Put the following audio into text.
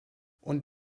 und